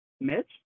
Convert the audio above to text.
Mitch